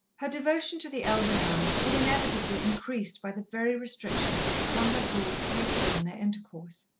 her devotion to the elder nun had inevitably increased by the very restrictions that the convent rules placed upon their intercourse.